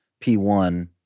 P1